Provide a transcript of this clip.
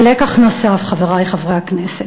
ולקח נוסף, חברי חברי הכנסת,